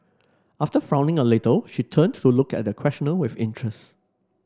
after frowning a little she turned to look at the questioner with interest